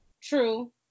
True